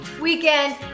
weekend